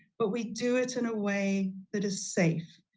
but we do it in a way that is safe,